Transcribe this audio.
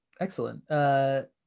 Excellent